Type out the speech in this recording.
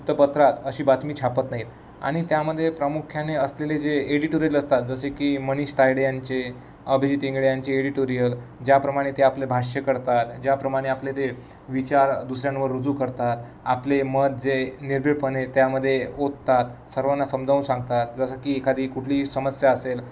वृत्तपत्रात अशी बातमी छापत नाहीत आणि त्यामध्ये प्रामुख्याने असलेले जे एडिटोरियल असतात जसे की मनीष तायडे यांचे अभिजित इंगळे यांचे एडिटोरियल ज्याप्रमाणे ते आपले भाष्य करतात ज्याप्रमाणे आपले ते विचार दुसऱ्यांवर रुजू करतात आपले मत जे निर्भिडपणे त्यामध्ये ओततात सर्वांना समजावून सांगतात जसं की एखादी कुठली समस्या असेल